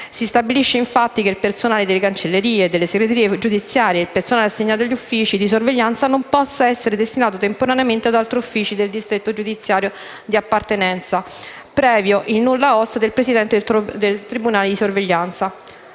si stabilisce, infatti, che il personale delle cancellerie e delle segreterie giudiziarie e il personale assegnato agli uffici di sorveglianza non possa essere destinato temporaneamente ad altri uffici del distretto giudiziario di appartenenza senza il nulla-osta del presidente del tribunale di sorveglianza.